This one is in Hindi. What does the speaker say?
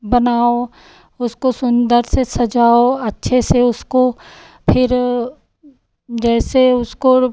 बनाओ उसको सुन्दर से सजाओ अच्छे से उसको फिर जैसे उसको